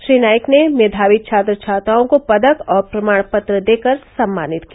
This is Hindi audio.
श्री नाईक ने मेधावी छात्र छात्राओं को पदक और प्रमाण पत्र देकर सम्मानित किया